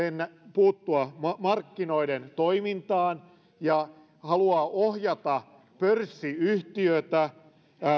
puuttua markkinoiden toimintaan ja halutaan ohjata pörssiyhtiötä